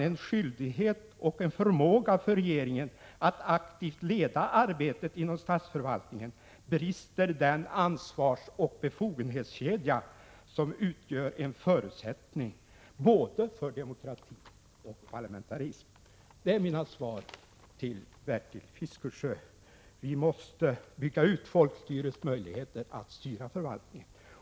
Utan en skyldighet och en förmåga för regeringen att aktivt 13 maj 1987 leda arbetet inom statsförvaltningen brister den ansvarsoch befogenhetskedja som utgör en förutsättning både för demokratin och för parlamentarismen, står det. Detta är mina svar till Bertil Fiskesjö. Vi måste bygga ut folkstyrets möjligheter att styra förvaltningen.